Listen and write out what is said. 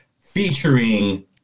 featuring